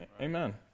amen